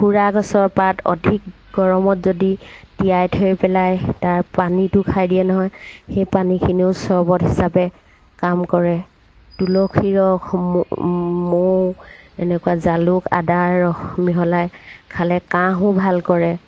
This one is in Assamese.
খুৰা গছৰ পাত অধিক গৰমত যদি তিয়াই থৈ পেলাই তাৰ পানীটো খাই দিয়ে নহয় সেই পানীখিনিও চৰ্বত হিচাপে কাম কৰে তুলসী ৰস ম মৌ এনেকুৱা জালুক আদা ৰস মিহলাই খালে কাঁহো ভাল কৰে